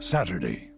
Saturday